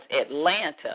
Atlanta